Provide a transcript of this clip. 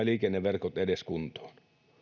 liikenneverkot kuntoon